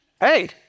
Hey